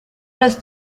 los